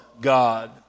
God